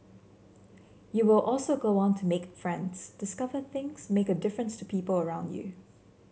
you will also go on to make friends discover things make a difference to people around you